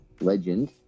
Legend